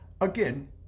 Again